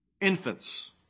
Infants